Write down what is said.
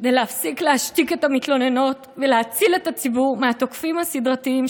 כדי להפסיק להשתיק את המתלוננות ולהציל את הציבור מהתוקפים הסדרתיים,